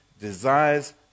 desires